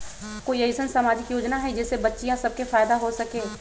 कोई अईसन सामाजिक योजना हई जे से बच्चियां सब के फायदा हो सके?